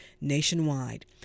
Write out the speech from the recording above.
nationwide